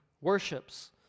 worships